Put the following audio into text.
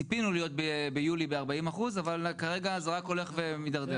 ציפינו להיות ביולי ב-40% אבל כרגע זה רק הולך ומידרדר.